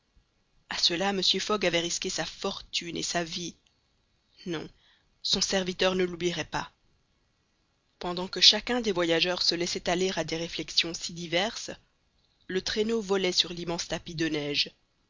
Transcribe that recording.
a cela mr fogg avait risqué sa fortune et sa vie non son serviteur ne l'oublierait pas pendant que chacun des voyageurs se laissait aller à des réflexions si diverses le traîneau volait sur l'immense tapis de neige